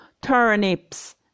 turnips